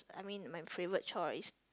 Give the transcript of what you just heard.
I mean my favourite chore is